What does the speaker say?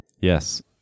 Yes